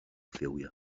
failure